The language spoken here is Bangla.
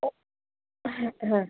ও হ্যাঁ হ্যাঁ